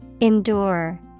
Endure